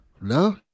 No